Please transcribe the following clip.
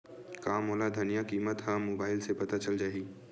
का मोला धनिया किमत ह मुबाइल से पता चल जाही का?